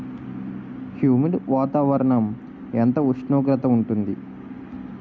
Humid వాతావరణం ఎంత ఉష్ణోగ్రత ఉంటుంది?